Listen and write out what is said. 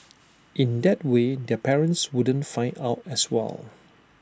in that way their parents wouldn't find out as well